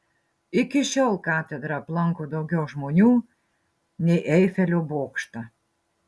iki šiol katedrą aplanko daugiau žmonių nei eifelio bokštą